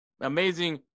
amazing